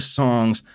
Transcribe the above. songs